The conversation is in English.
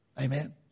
Amen